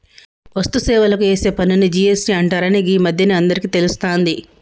వస్తు సేవలకు ఏసే పన్నుని జి.ఎస్.టి అంటరని గీ మధ్యనే అందరికీ తెలుస్తాంది